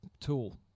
tool